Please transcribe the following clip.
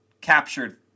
captured